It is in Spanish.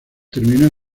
terminó